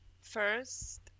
First